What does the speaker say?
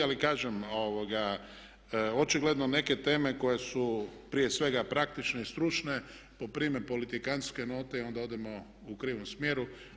Ali kažem očigledno neke teme koje su prije svega praktične i stručne poprime politikantske note i onda odemo u krivom smjeru.